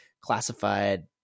classified